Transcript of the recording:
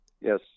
Yes